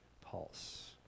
pulse